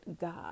God